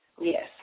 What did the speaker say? Yes